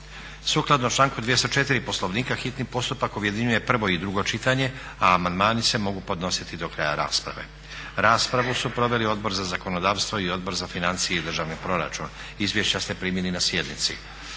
Sukladno članku 204. Poslovnika hitni postupak objedinjuje prvo i drugo čitanje, a amandmani se mogu podnositi do kraja rasprave. Raspravu su proveli Odbor za zakonodavstvo i Odbor za financije i državni proračun. Izvješća ste primili na sjednici.